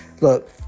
look